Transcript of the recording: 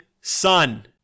Sun